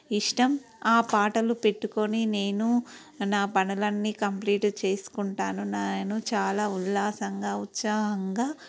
ఇష్టం ఆ పాటలు పెట్టుకుని నేను నా పనులన్నీ కంప్లీట్ చేసుకుంటాను నేను చాలా ఉల్లాసంగా ఉత్సాహంగా